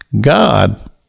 God